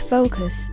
Focus